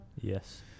Yes